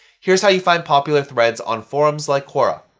here's how you find popular threads on forums like quora.